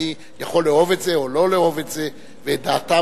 אני יכול לאהוב את זה או לא לאהוב את זה ואת דעתם,